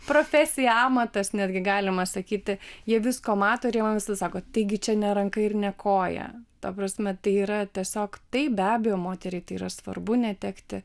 profesija amatas netgi galima sakyti jie visko mato ir jie man visi sako taigi čia ne ranka ir ne koja ta prasme tai yra tiesiog taip be abejo moteriai tai yra svarbu netekti